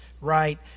right